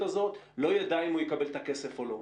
הזאת לא ידע אם הוא יקבל את הכסף או לא.